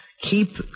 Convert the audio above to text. keep